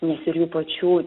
nes ir jų pačių